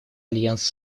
альянс